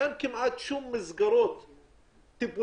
אין כמעט שום מסגרות טיפוליות,